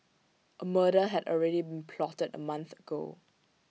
A murder had already been plotted A month ago